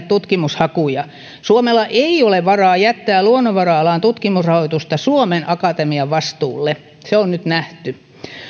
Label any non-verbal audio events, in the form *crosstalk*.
*unintelligible* tutkimushakuja suomella ei ole varaa jättää luonnonvara alan tutkimusrahoitusta suomen akatemian vastuulle se on nyt nähty